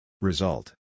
Result